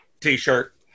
T-shirt